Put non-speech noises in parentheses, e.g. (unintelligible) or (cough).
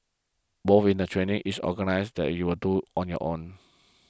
(unintelligible) in the training is organised you are do on your own